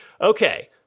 okay